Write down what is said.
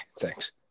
thanks